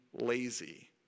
lazy